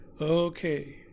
Okay